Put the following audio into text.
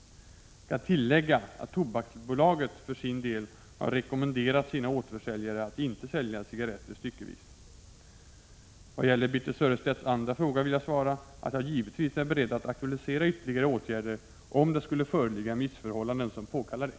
Jag kan tillägga att tobaksbolaget för sin del har rekommenderat sina återförsäljare att inte sälja cigaretter styckevis. Vad gäller Birthe Sörestedts andra fråga vill jag svara att jag givetvis är beredd att aktualisera ytterligare åtgärder om det skulle föreligga missförhållanden som påkallar det.